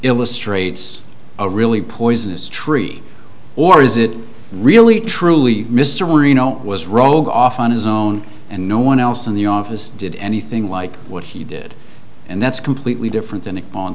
illustrates a really poisonous tree or is it really truly mr moreno was rolled off on his own and no one else in the office did anything like what he did and that's completely different than